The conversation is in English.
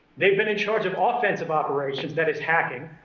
they've been in charge of offensive operations, that is hacking,